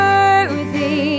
Worthy